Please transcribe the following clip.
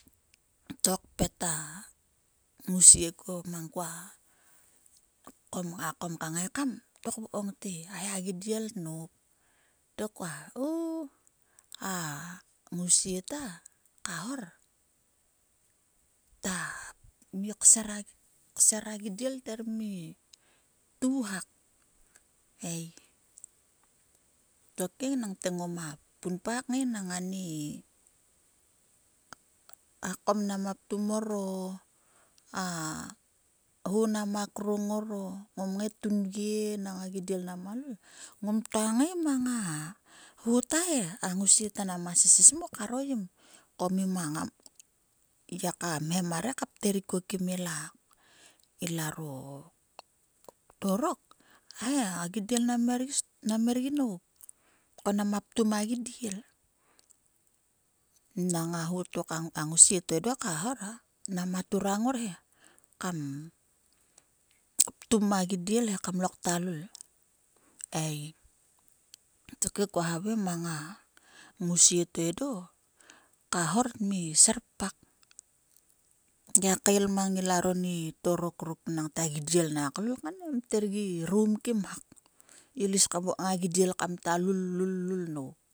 To kpet a ngousie kuon mang kua va kom ka ka ngaekam to kvokom te ai a gidel tnop to kua o! A ngousie ta ka hor ta kser a gidiel ther mi tu hak ei. Tokhe ngoma punpa kngai nangani. a kom nama ptum mor o a ho nama krong ngor o ngruak kngai tunve. A gidiel nama lul. Ngom ktua ngai mang a ho ta he. A ngousie ta nama seses mo karo yim. Ko ngiak hem mar he kvat kuo ma ilaro torock. Hai a gidiel nam her gi nop ko nama ptum a gidiel. Nang a ho to ka hor nama turang ngor he kam ptum a gidiel he kam loktua lul ei. Tokhe kua havai ma ngousie to edo ka hor ther mi serpak ngiak kael mang ilaro ni torok ruk o gidiel nak lul kan em ther gi rumkim hak. Ilo is kam kta vokom a gidiel ko ner kta lul lul lul nop.